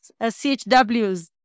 CHWs